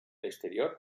exterior